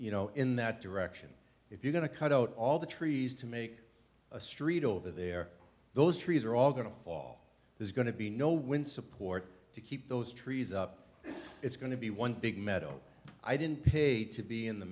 you know in that direction if you're going to cut out all the trees to make a street over there those trees are all going to fall there's going to be no wind support to keep those trees up it's going to be one big meadow i didn't pay to be in the